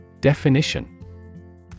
definition